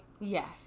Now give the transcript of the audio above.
yes